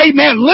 Amen